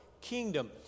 kingdom